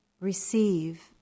receive